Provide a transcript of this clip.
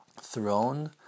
throne